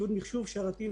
ציוד מחשובי-שרתי,